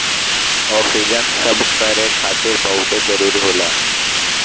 oxygen सभकरे खातिर बहुते जरूरी होला